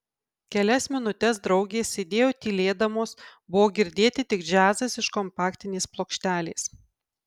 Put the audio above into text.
kelias minutes draugės sėdėjo tylėdamos buvo girdėti tik džiazas iš kompaktinės plokštelės